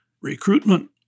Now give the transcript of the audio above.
recruitment